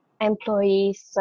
employees